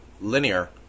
linear